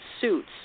Suits